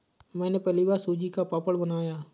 मैंने पहली बार सूजी का पापड़ बनाया